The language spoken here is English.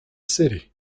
city